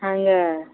ಹಂಗೆ